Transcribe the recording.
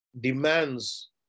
demands